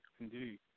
indeed